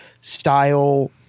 style